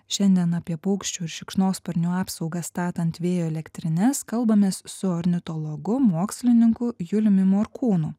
šiandien apie paukščių ir šikšnosparnių apsaugą statant vėjo elektrines kalbamės su ornitologu mokslininku juliumi morkūnu